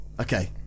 Okay